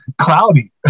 cloudy